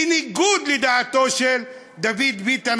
בניגוד לדעתו של דוד ביטן,